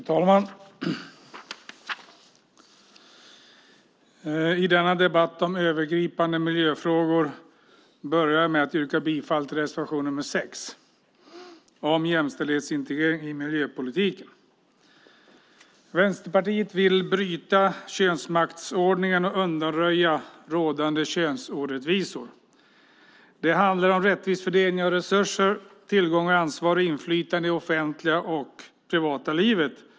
Fru talman! I denna debatt om övergripande miljöfrågor börjar jag med att yrka bifall till reservation nr 6 om jämställdhetsintegrering i miljöpolitiken. Vänsterpartiet vill bryta könsmaktsordningen och undanröja rådande könsorättvisor. Det handlar om rättvis fördelning av resurser, tillgångar, ansvar och inflytande i det offentliga och privata livet.